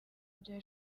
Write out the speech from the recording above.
bya